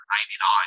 99